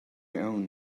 own